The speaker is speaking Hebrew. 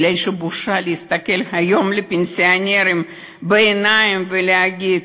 כי בושה להסתכל היום לפנסיונרים בעיניים ולהגיד: